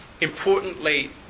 Importantly